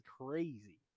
crazy